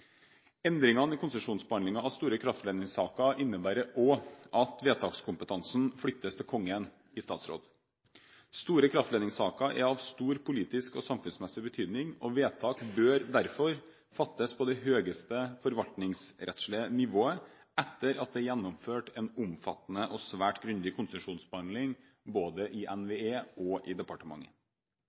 Endringene i konsesjonsbehandlingen av store kraftledningssaker innebærer også at vedtakskompetansen flyttes til Kongen i statsråd. Store kraftledningssaker er av stor politisk og samfunnsmessig betydning, og vedtak bør derfor fattes på det høyeste forvaltningsrettslige nivået, etter at det er gjennomført en omfattende og svært grundig konsesjonsbehandling både i NVE og i departementet.